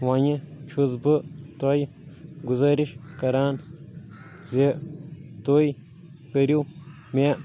وۄنۍ چھُس بہٕ تۄہہِ گُزٲرِش کران زِ تُہۍ کٔرِو مےٚ